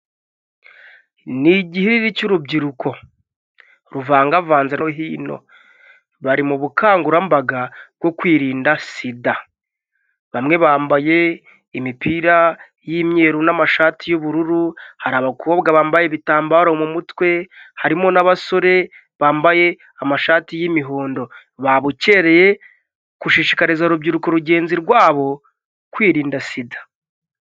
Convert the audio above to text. Ni igihiri cy'urubyiruko ruvangavanze no hino, bari mu bukangurambaga bwo kwirinda sida. Bamwe bambaye imipira y'imyeru n'amashati y'ubururu, hari abakobwa bambaye ibitambaro mu mutwe, harimo n'abasore bambaye amashati y'imihondo. Babukereye gushishikariza urubyiruko rugenzi rwabo kwirinda sida.